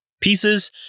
pieces